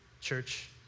Church